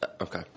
Okay